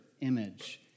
image